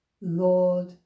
Lord